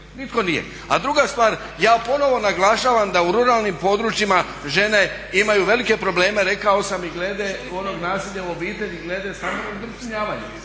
A druga stvar, ja ponovo naglašavam da u ruralnim područjima žene imaju velike probleme, rekao sam i glede onog nasilja u obitelji, glede stambenog zbrinjavanja,